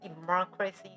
democracy